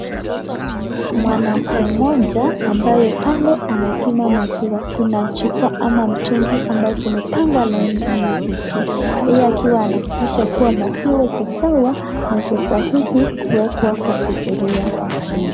Mwanamke mmoja ambaye pale anapima maziwa , kuna chupa ama mitungi ambayo zimepangwa laini inayovutia, yeye akiwa anahakikisha kuwa maziwa iko sawa na iko sahihi kuwekwa kwa sufuria.